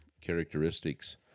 characteristics